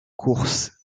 course